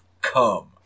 come